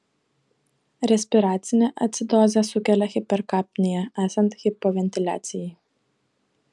respiracinę acidozę sukelia hiperkapnija esant hipoventiliacijai